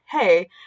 hey